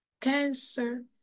cancer